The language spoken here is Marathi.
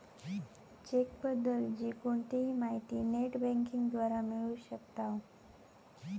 चेक बद्दल ची कोणतीही माहिती नेट बँकिंग द्वारा मिळू शकताव